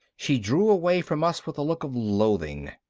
she drew away from us with a look of loathing.